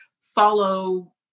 follow